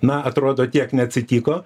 na atrodo tiek neatsitiko